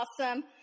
awesome